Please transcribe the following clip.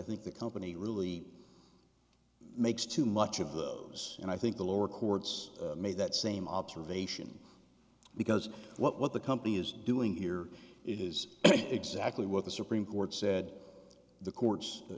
think the company really makes too much of those and i think the lower courts made that same observation because what the company is doing here is exactly what the supreme court said the courts